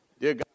Dear